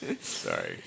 Sorry